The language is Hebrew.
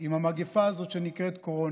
עם המגפה הזאת שנקראת קורונה,